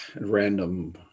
random